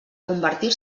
convertir